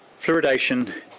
Fluoridation